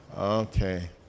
Okay